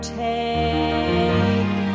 take